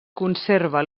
conserva